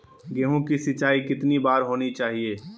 गेहु की सिंचाई कितनी बार होनी चाहिए?